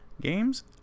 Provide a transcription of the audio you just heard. games